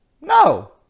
no